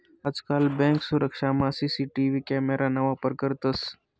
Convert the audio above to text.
आजकाल बँक सुरक्षामा CCTV camera ना वापर करतंस